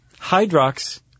Hydrox